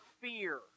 fear